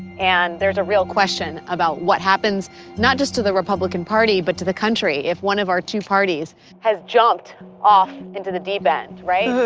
and there's a real question about what happens not just to the republican party but to the country if one of our two parties has jumped off into the deep end. right. aye.